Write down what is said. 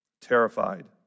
terrified